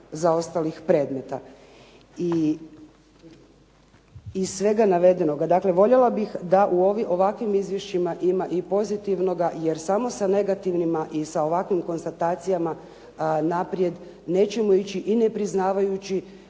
zaostalih predmeta. Iz svega navedenoga, dakle voljela bih da u ovakvim izvješćima ima i pozitivnoga, jer samo sa negativnima i sa ovakvim konstatacijama naprijed nećemo ići i nepriznavajući